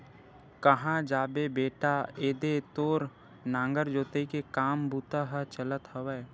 काँहा जाबे बेटा ऐदे तो नांगर जोतई के काम बूता ह चलत हवय